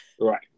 Right